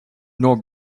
nor